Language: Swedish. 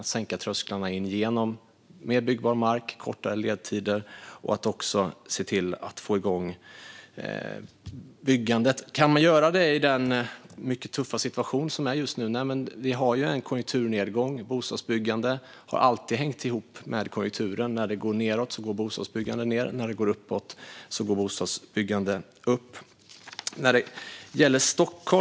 Det handlar om att sänka trösklarna genom mer byggbar mark och kortare ledtider och genom att få igång byggandet. Kan man göra detta i den mycket tuffa situation som råder just nu? Vi har ju en konjunkturnedgång. Bostadsbyggandet har alltid hängt ihop med konjunkturen - när den går nedåt går bostadsbyggandet ned, och när den går uppåt går bostadsbyggandet upp.